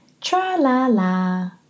tra-la-la